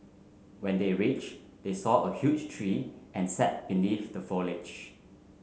when they reached they saw a huge tree and sat beneath the foliage